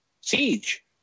siege